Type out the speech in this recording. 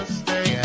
stay